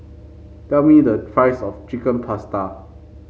tell me the price of Chicken Pasta